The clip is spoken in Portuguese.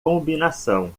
combinação